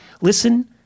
Listen